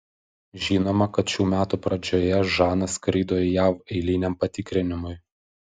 žinoma kad šių metų pradžioje žana skrido į jav eiliniam patikrinimui